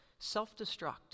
self-destruct